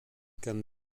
can